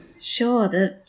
Sure